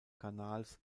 kanals